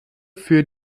für